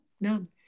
none